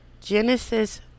Genesis